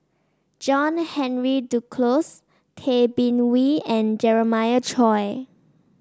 John Henry Duclos Tay Bin Wee and Jeremiah Choy